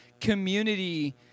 community